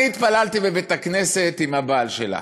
אני התפללתי בבית-הכנסת עם הבעל שלה,